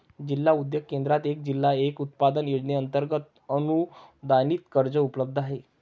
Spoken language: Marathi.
जिल्हा उद्योग केंद्रात एक जिल्हा एक उत्पादन योजनेअंतर्गत अनुदानित कर्ज उपलब्ध आहे